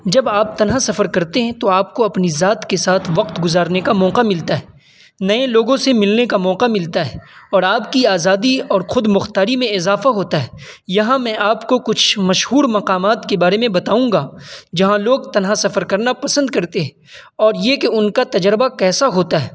جب آپ تنہا سفر کرتے ہیں تو آپ کو اپنی ذات کے ساتھ وقت گزارنے کا موقع ملتا ہے نئے لوگوں سے ملنے کا موقع ملتا ہے اور آپ کی آزادی اور خود مختاری میں اضافہ ہوتا ہے یہاں میں آپ کو کچھ مشہور مقامات کے بارے میں بتاؤں گا جہاں لوگ تنہا سفر کرنا پسند کرتے ہیں اور یہ کہ ان کا تجربہ کیسا ہوتا ہے